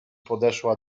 podeszła